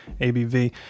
ABV